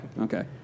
Okay